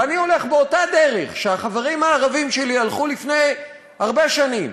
ואני הולך באותה דרך שהחברים הערבים שלי הלכו לפני הרבה שנים,